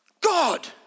God